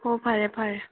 ꯍꯣ ꯐꯔꯦ ꯐꯔꯦ